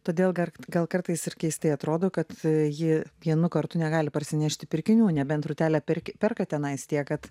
todėl gal kartais ir keistai atrodo kad ji vienu kartu negali parsinešti pirkinių nebent rūtelė perk perka tenais tiek kad